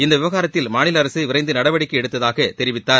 இந்த விவகாரத்தில் மாநில அரசு விரைந்து நடவடிக்கை எடுத்ததாக தெரிவித்தார்